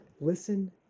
listen